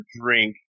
drink